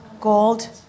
Gold